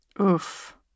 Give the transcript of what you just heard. Oof